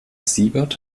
siebert